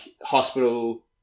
hospital